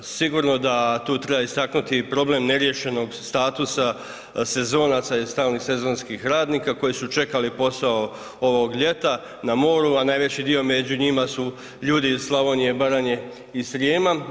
Sigurno da tu treba istaknuti problem neriješenog statusa sezonaca i stalnih sezonskih radnika koji su čekali posao ovog ljeta na moru, a najveći dio među njima su ljudi iz Slavonije, Baranje i Srijema.